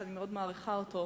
ואני מאוד מעריכה אותו: